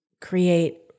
create